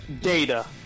Data